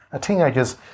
Teenagers